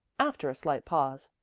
after a slight pause.